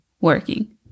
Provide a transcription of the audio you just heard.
working